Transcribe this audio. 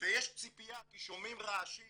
ויש ציפייה כי שומעים רעשים